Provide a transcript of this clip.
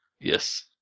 Yes